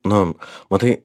nu matai